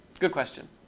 good question.